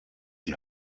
die